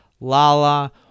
Lala